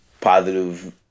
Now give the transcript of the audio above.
positive